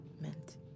meant